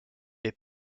est